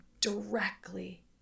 directly